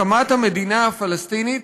הקמת המדינה הפלסטינית,